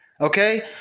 okay